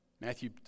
Matthew